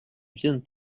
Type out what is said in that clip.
viennent